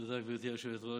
תודה, גברתי היושבת-ראש.